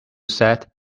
said